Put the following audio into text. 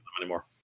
anymore